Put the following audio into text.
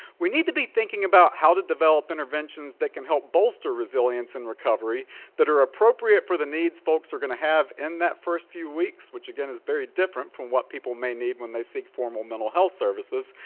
we need to be thinking about how to develop interventions that can help bolster resilience in recovery that are appropriate for the needs folks are gonna have in that first few weeks, which again is very different from what people may need when they seek formal mental health services.